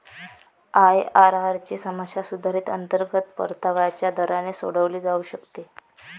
IRR ची समस्या सुधारित अंतर्गत परताव्याच्या दराने सोडवली जाऊ शकते